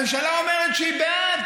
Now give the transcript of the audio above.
הממשלה אומרת שהיא בעד,